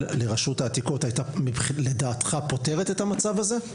לרשות העתיקות הייתה לדעתך פותרת את המצב הזה?